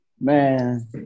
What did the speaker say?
Man